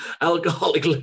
alcoholic